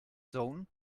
zone